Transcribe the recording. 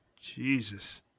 Jesus